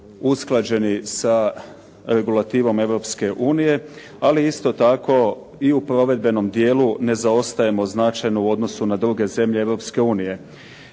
usklađeni sa regulativom Europske unije, ali isto tako i u provedbenom dijelu ne zaostajemo značajno u odnosu na druge zemlje